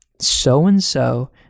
so-and-so